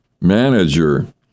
manager